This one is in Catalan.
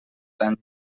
tan